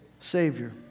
Savior